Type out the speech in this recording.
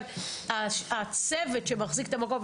אבל הצוות שמחזיק את המקום,